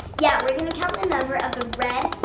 yeah, we're gonna count the number of the red,